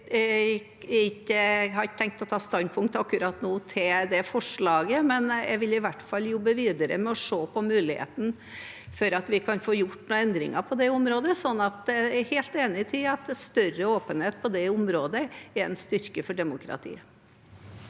Jeg har ikke tenkt å ta standpunkt akkurat nå til det forslaget, men jeg vil i hvert fall jobbe videre med å se på muligheten for at vi kan få gjort noen endringer på det området, og jeg er helt enig i at større åpenhet på det området er en styrke for demokratiet.